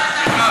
סליחה.